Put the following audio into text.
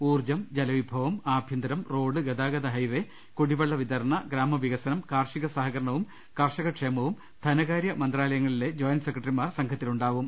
ഊർജം ജലവിഭവം ആഭ്യന്തരം റോഡ് ഗതാഗത ഹൈവേ കുടി വെളള വിതരണ ഗ്രാമവികസനം കാർഷിക സഹകരണവും കർഷ ക്ഷേമവും ധനകാര്യ മന്ത്രാലയങ്ങളിലെ ജോയിന്റ് സെക്രട്ടറിമാർ സംഘത്തിലുണ്ടാവും